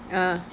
ah